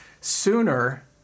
sooner